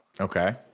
Okay